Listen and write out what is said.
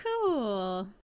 cool